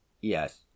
Yes